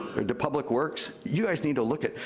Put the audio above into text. but and public works, you guys need to look at,